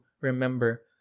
remember